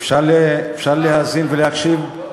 אפשר להאזין ולהקשיב?